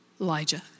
Elijah